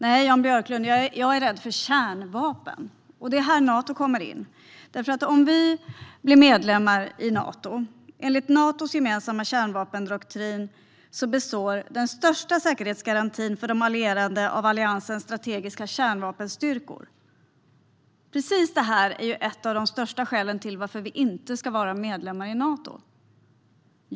Nej, Jan Björklund, jag är rädd för kärnvapen! Det är här Nato kommer in. Om Sverige blir medlem i Nato handlar det om att enligt Natos gemensamma kärnvapendoktrin består den största säkerhetsgarantin för de allierade av alliansens strategiska kärnvapenstyrkor. Precis detta är ett av de största skälen till att Sverige inte ska vara medlem i Nato.